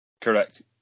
Correct